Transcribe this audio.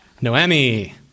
noemi